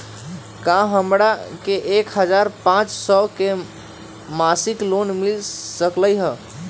का हमरा के एक हजार पाँच सौ के मासिक लोन मिल सकलई ह?